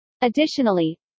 Additionally